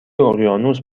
اقیانوس